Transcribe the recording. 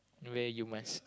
where you must